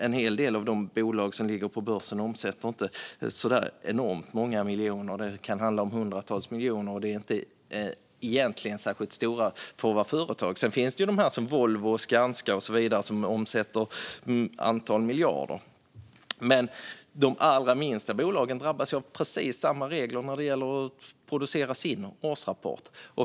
En hel del av bolagen där omsätter inte enormt många miljoner. Det kan handla om hundratals miljoner, vilket egentligen inte är särskilt mycket för att vara företag. Sedan finns det bolag som Volvo, Skanska och så vidare som omsätter ett antal miljarder. De allra minsta bolagen drabbas av precis samma regler när det gäller att producera årsrapporter.